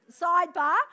sidebar